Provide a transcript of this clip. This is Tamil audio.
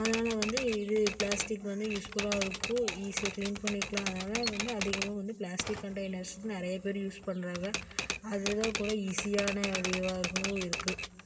அதனால வந்து இது பிளாஸ்டிக் வந்து யூஸ்ஃபுல்லாக இருக்கும் ஈசியாக கிளீன் பண்ணிக்கலாம் அதனால வந்து அதிகமாக வந்து பிளாஸ்டிக் கண்டைனர்ஸ் நிறைய பேர் யூஸ் பண்ணுறாங்க அதுதான் கூட ஈசியான வேயாகவும் இருக்குது